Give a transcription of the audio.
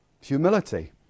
Humility